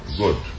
good